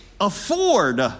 afford